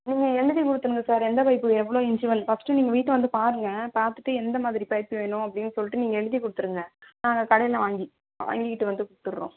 நீங்கள் எழுதி கொடுத்துருங்க சார் எந்த பைப் எவ்வளோ இன்ஸுவல்ஸ் ஃபர்ஸ்ட் எங்கள் வீட்டை வந்து பாருங்கள் பார்த்துட்டு எந்த மாதிரி பைப் வேணும் அப்படினு சொல்லிட்டு நீங்கள் எழுதி கொடுத்துடுங்க நாங்கள் கடையில வாங்கி வாங்கிகிட்டு வந்து கொடுத்துட்றோம்